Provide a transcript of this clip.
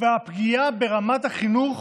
הפגיעה ברמת החינוך,